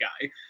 guy